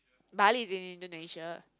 Bali in Indonesia